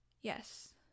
Yes